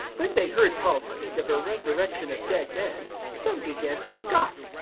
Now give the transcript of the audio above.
when they heard paul speak of a resurrection of dead men, some began to scoff.